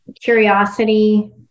curiosity